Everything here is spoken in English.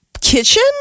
kitchen